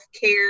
care